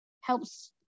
helps